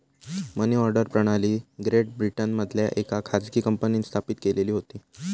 मनी order प्रणाली great ब्रिटनमधल्या येका खाजगी कंपनींन स्थापित केलेली होती